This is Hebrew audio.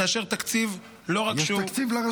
יש תקציב לרשות,